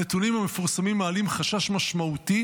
הנתונים המפורסמים מעלים חשש משמעותי